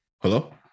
hello